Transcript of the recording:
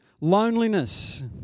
Loneliness